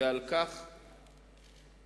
ועל כך ברכותי.